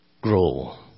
grow